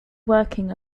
working